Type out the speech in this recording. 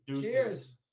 Cheers